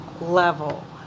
level